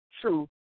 true